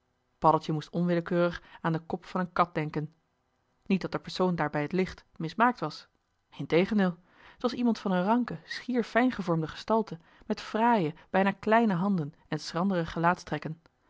paddeltje moest onwillekeurig aan den kop van een kat denken niet dat de persoon daar bij het licht mismaakt was integendeel t was iemand van een ranke schier fijngevormde gestalte met fraaie joh h been paddeltje de scheepsjongen van michiel de ruijter bijna kleine handen en